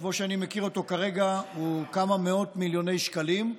שכמו שאני מכיר אותו כרגע הוא של כמה מאות מיליוני שקלים.